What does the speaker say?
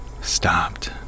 stopped